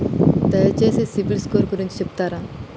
దయచేసి CIBIL score గురించి చెప్తరా?